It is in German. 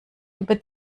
über